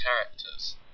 characters